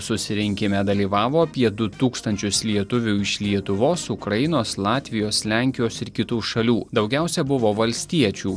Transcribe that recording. susirinkime dalyvavo apie du tūkstančius lietuvių iš lietuvos ukrainos latvijos lenkijos ir kitų šalių daugiausiai buvo valstiečių